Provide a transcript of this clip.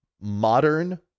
modern